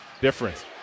difference